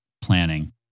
planning